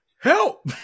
Help